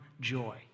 joy